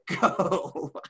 go